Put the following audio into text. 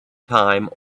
time